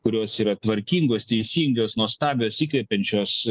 kurios yra tvarkingos teisingos nuostabios įkvepiančios